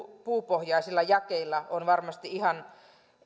puupohjaisilla jakeilla on varmasti ihan